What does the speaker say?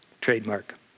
Trademark